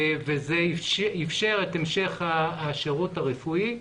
זה אפשר את המשך השירות הרפואי.